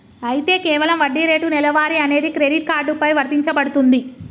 అయితే కేవలం వడ్డీ రేటు నెలవారీ అనేది క్రెడిట్ కార్డు పై వర్తించబడుతుంది